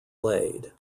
laid